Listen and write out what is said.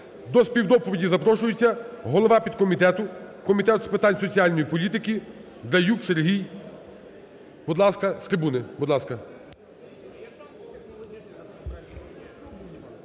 До співдоповіді запрошується голова підкомітету Комітету з питань соціальної політики Драюк Сергій. Будь ласка, з трибуни. Будь ласка.